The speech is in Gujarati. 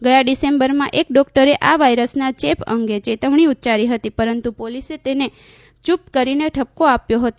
ગયા ડીસેમ્બરમાં એક ડોકટરે આ વાયરસના ચેપ અંગે ચેતવણી ઉચ્યારી હતી પરંતુ પોલીસે તેને યૂપ કરીને ઠપકો આપ્યો હતો